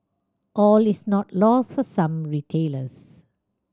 all is not lost for some retailers